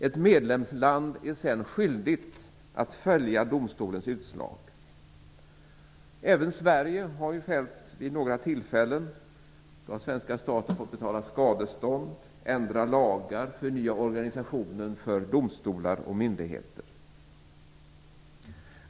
Ett medlemsland är sedan skyldigt att följa domstolens utslag. Även Sverige har fällts vid några tillfällen. Svenska staten har fått betala skadestånd, ändra lagar eller förnya organisationen för domstolar och myndigheter.